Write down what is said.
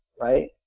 right